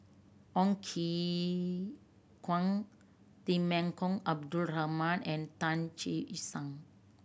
Ong Ye Kung Temenggong Abdul Rahman and Tan Che Sang